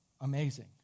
amazing